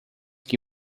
que